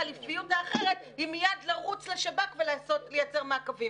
החליפיות האחרת היא מיד לרוץ לשב"כ ולייצר מעקבים.